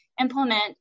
implement